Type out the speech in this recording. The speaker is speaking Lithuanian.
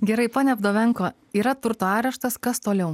gerai ponia vdovenko yra turto areštas kas toliau